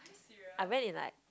I went in like